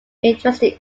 interested